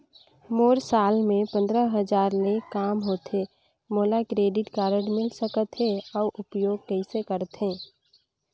मोर साल मे पंद्रह हजार ले काम होथे मोला क्रेडिट कारड मिल सकथे? अउ उपयोग कइसे करथे?